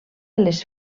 les